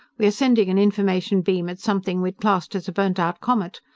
we are sending an information-beam at something we'd classed as a burned-out comet.